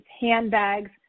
handbags